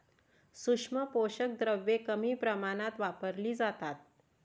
सूक्ष्म पोषक द्रव्ये कमी प्रमाणात वापरली जातात